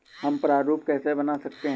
हम प्रारूप कैसे बना सकते हैं?